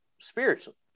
spiritually